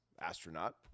astronaut